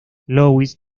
louis